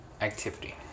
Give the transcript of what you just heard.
activity